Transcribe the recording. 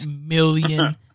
million